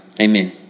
Amen